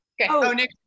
Okay